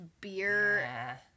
beer